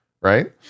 right